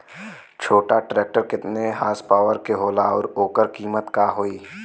छोटा ट्रेक्टर केतने हॉर्सपावर के होला और ओकर कीमत का होई?